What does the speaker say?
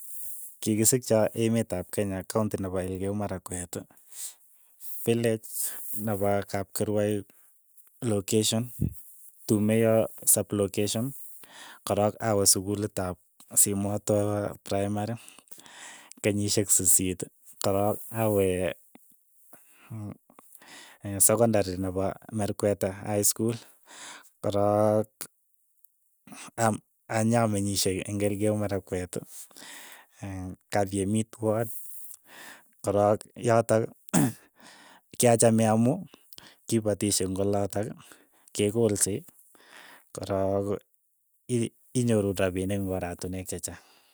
Kikisikcho emet ap kenya kaunti nepo elgeyo marakwet, fileech nepo kapkirwai. lokeshen tumeiyo sablokeshen korok awe sukulit ap simotwo praimari kenyishek sisiit, korok awe sekondari nepo merkwete hai skul, korook aam anyameng'ishe eng' elgeyo marakwet, kapyemit wod, korok yotok, kyachame amu kipotishe ng'olotok, kekolse, korook ii- iinyoru rapinik eng' oratinwek chechaang.